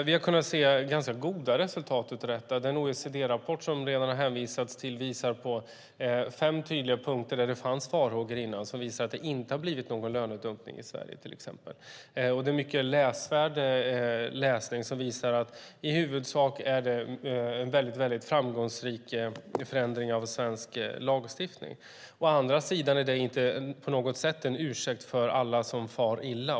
Vi har kunnat se ganska goda resultat av detta. Den OECD-rapport som det redan har hänvisats till visar på fem tydliga punkter, där det innan fanns farhågor, att det till exempel inte har blivit någon lönedumpning i Sverige. Det är en mycket läsvärd rapport som visar att detta i huvudsak är en mycket framgångsrik förändring av svensk lagstiftning. Däremot är det inte på något sätt en ursäkt för alla som far illa.